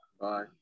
Bye